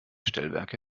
stellwerke